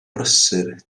brysur